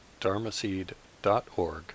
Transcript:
dharmaseed.org